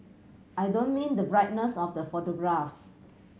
I don't mean the brightness of the photographs